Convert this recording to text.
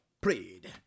prayed